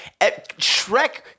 Shrek